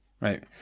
right